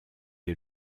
est